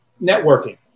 networking